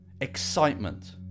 Excitement